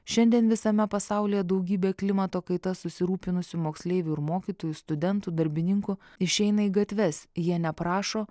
šiandien visame pasaulyje daugybė klimato kaita susirūpinusių moksleivių ir mokytojų studentų darbininkų išeina į gatves jie neprašo